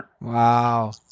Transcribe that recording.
Wow